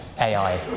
AI